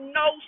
no